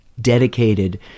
dedicated